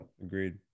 Agreed